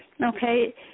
Okay